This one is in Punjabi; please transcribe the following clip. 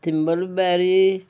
ਥਿੰਮਬਲਬੈਰੀ